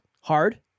hard